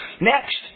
Next